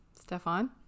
Stefan